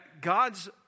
God's